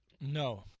No